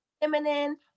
feminine